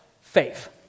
faith